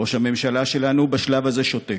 ראש הממשלה שלנו, בשלב הזה, שותק.